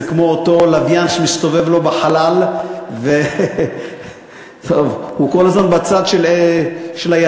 זה כמו אותו לוויין שמסתובב לו בחלל והוא כל הזמן בצד של הירח.